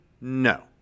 no